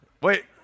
Wait